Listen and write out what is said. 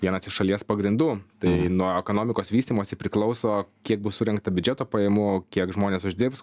vienas iš šalies pagrindų tai nuo ekonomikos vystymosi priklauso kiek bus surinkta biudžeto pajamų kiek žmonės uždirbs